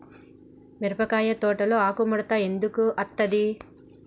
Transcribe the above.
మిరపకాయ తోటలో ఆకు ముడత ఎందుకు అత్తది?